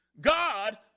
God